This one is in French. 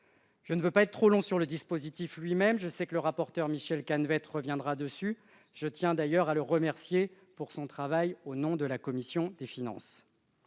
Je ne veux pas être trop long sur le dispositif lui-même. Je sais que le rapporteur, Michel Canevet, y reviendra. Je tiens d'ailleurs à le remercier de son travail au nom de la commission des finances.